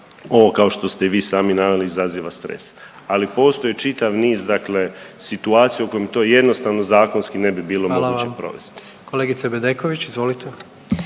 ovo kao što ste i vi sami naveli izaziva stres, ali postoji čitav niz dakle situacija u kojima to jednostavno zakonski ne bi bilo moguće provesti. **Jandroković, Gordan